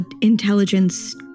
intelligence